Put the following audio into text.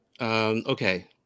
Okay